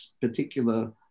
particular